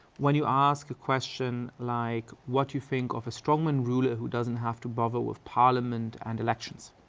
when you ask a question like, what do you think of a strongman ruler who doesn't have to bother with parliament and elections?